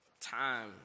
time